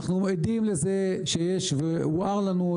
הובהר לנו,